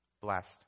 blessed